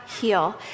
heal